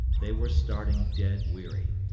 they were starting dead weary.